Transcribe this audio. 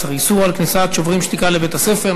114: איסור על כניסת "שוברים שתיקה" לבתי-הספר.